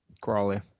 Crawley